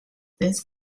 this